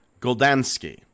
Goldansky